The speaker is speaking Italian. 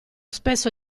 spesso